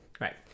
Right